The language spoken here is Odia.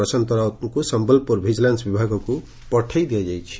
ପ୍ରଶାନ୍ତ ରାଉତଙ୍ଙୁ ସମ୍ମଲପୁର ଭିଜିଲାନ୍ ବିଭାଗକୁ ପଠାଯାଇଛି